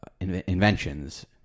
inventions